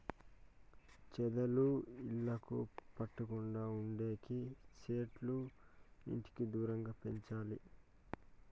చెదలు ఇళ్లకు పట్టకుండా ఉండేకి సెట్లు ఇంటికి దూరంగా పెంచాలి